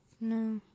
no